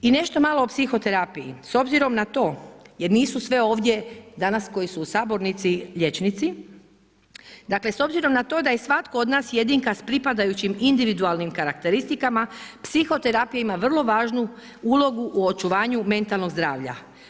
I nešto malo o psihoterapiji, s obzirom na to jer nisu sve ovdje danas koji su u sabornici liječnici, dakle s obzirom na to da je svatko od nas jedinka sa pripadajućim individualnim karakteristikama psihoterapija ima vrlo važnu ulogu u očuvanju mentalnog zdravlja.